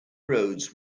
roads